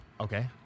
Okay